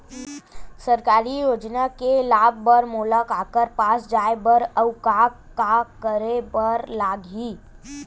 सरकारी योजना के लाभ बर मोला काखर पास जाए बर अऊ का का करे बर लागही?